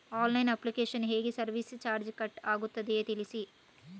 Online application ಗೆ service charge cut ಆಗುತ್ತದೆಯಾ ತಿಳಿಸಿ?